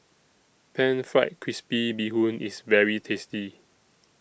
Pan Fried Crispy Bee Hoon IS very tasty